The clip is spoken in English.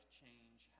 change